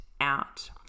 out